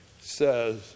says